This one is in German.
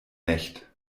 nicht